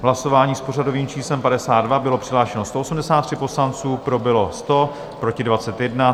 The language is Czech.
Hlasování s pořadovým číslem 52, bylo přihlášeno 183 poslanců, pro bylo 100, proti 21.